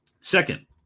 Second